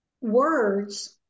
words